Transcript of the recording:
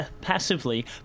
Passively